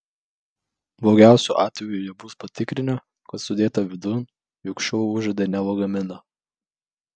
blogiausiu atveju jie bus patikrinę kas sudėta vidun juk šuo užuodė ne lagaminą